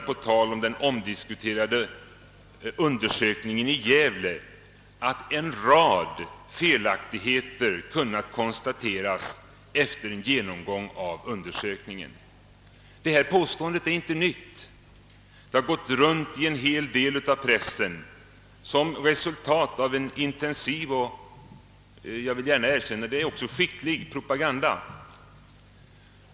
På tal om den omdiskuterade undersökningen i Gävle sägs det sålunda att en rad felaktigheter kunnat konstateras efter genomgång av undersökningen. Detta påstående är inte nytt, ty det har gått runt i en hel del tidningar som resultat av en intensiv och — jag vill gärna erkänna det — skicklig propa ganda.